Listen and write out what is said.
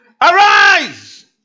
arise